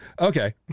Okay